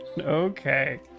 Okay